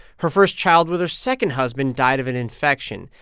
her first child with her second husband died of an infection,